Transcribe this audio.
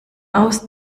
aus